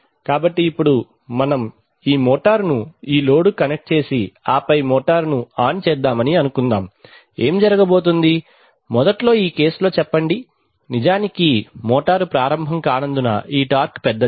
కాబట్టి ఇప్పుడు మనం ఈ మోటారును ఈ లోడ్ కు కనెక్ట్ చేసి ఆపై మోటారును ఆన్ చేద్దామని అనుకుందాం ఏమి జరగబోతోంది మొదట్లో ఈ కేస్ లో చెప్పండి నిజానికి మోటారు ప్రారంభం కానందున ఈ టార్క్ పెద్దది